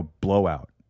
blowout